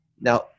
Now